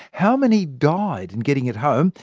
how many died in getting it home,